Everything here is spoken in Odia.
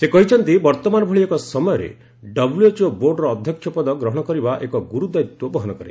ସେ କହିଛନ୍ତି ବର୍ତ୍ତମାନ ଭଳି ଏକ ସମୟରେ ଡବ୍ଲୁଏଚ୍ଓ ବୋର୍ଡର ଅଧ୍ୟକ୍ଷ ପଦ ଗ୍ରହଣ କରିବା ଏକ ଗୁରୁ ଦାୟିତ୍ୱ ବହନ କରେ